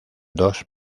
dos